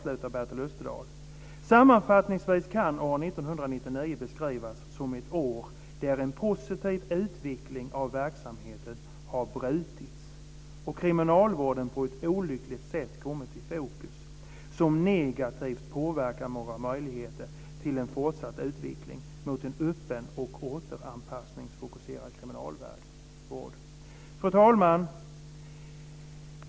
Så här skriver Bertel "Sammanfattningsvis kan år 1999 beskrivas som ett år där en positiv utveckling av verksamheten har brutits och kriminalvården på ett olyckligt sätt kommit i fokus som negativt påverkar våra möjligheter till en fortsatt utveckling mot en öppen och återanpassningsfokuserad kriminalvård." Fru talman!